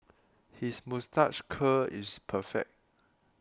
his moustache curl is perfect